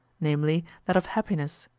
namely that of happiness,